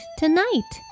tonight